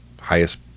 highest